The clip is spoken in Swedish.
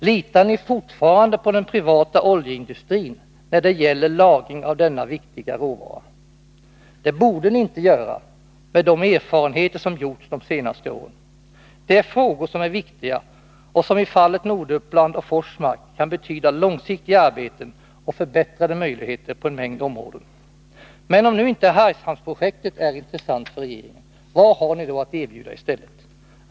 Litar ni fortfarande på den privata oljeindustrin när det gäller lagringen av denna viktiga råvara? Det borde ni inte göra med de erfarenheter som gjorts de senaste åren. Det är frågor som är viktiga och som i fallet Norduppland och Forsmark kan betyda långsiktiga arbeten och förbättrade möjligheter på en mängd områden. Men om nu inte Hargshamnsprojektet är intressant för regeringen, vad har ni då att erbjuda i stället?